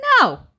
No